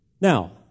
Now